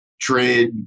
trade